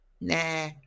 Nah